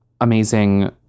amazing